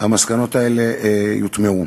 המסקנות האלה יוטמעו.